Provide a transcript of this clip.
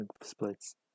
splits